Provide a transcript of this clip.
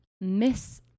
miss